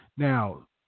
Now